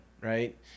right